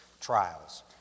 trials